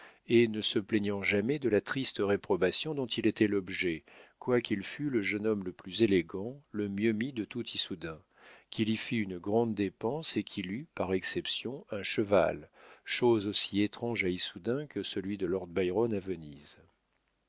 et ne se plaignant jamais de la triste réprobation dont il était l'objet quoiqu'il fût le jeune homme le plus élégant le mieux mis de tout issoudun qu'il y fît une grande dépense et qu'il eût par exception un cheval chose aussi étrange à issoudun que celui de lord byron à venise